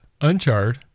Uncharred